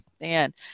man